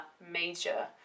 major